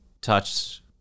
touch